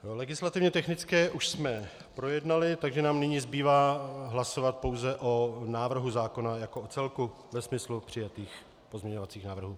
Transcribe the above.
Legislativně technické už jsme projednali, takže nám nyní zbývá hlasovat pouze o návrhu zákona jako o celku ve smyslu přijatých pozměňovacích návrhů.